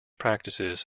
practices